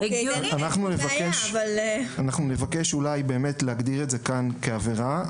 אנחנו נבקש להגדיר את זה כאן כעבירה,